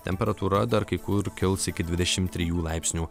temperatūra dar kai kur kils iki dvidešimt trijų laipsnių